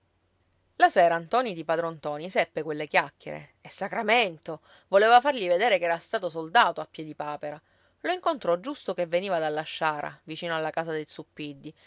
la sera ntoni di padron ntoni seppe quelle chiacchiere e sacramento voleva fargli vedere che era stato soldato a piedipapera lo incontrò giusto che veniva dalla sciara vicino alla casa dei zuppiddi